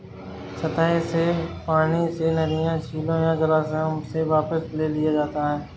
सतह के पानी से नदियों झीलों या जलाशयों से वापस ले लिया जाता है